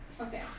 Okay